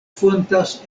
fontas